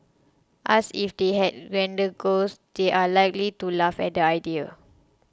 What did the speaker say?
asked if they had grander goals they are likely to laugh at the idea